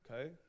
okay